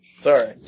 Sorry